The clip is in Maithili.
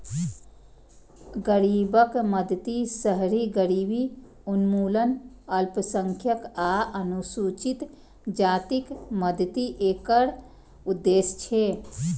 गरीबक मदति, शहरी गरीबी उन्मूलन, अल्पसंख्यक आ अनुसूचित जातिक मदति एकर उद्देश्य छै